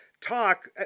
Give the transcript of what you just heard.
talk